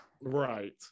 Right